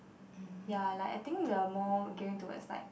ya like I think we are more like going toward like